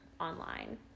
online